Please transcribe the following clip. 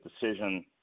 decision